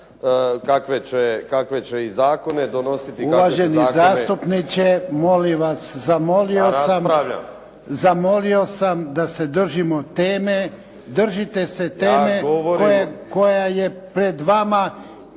kakve. **Jarnjak, Ivan (HDZ)** Uvaženi zastupniče, molim vas. Zamolio sam da se držimo teme. Držite se teme koja je pred vama,